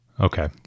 Okay